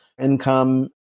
income